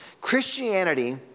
Christianity